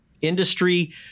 industry